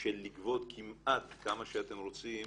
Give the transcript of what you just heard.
של לגבות כמעט כמה שאתם רוצים,